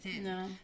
no